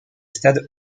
stade